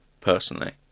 personally